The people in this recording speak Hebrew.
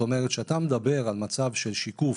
כשאתה מדבר על מצב של שיקוף,